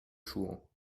chouans